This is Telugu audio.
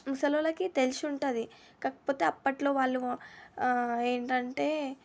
ముసలోళ్ళకి తెలిసి ఉంటుంది కాకపోతే అప్పట్లో వాళ్ళు ఏంటంటే